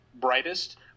brightest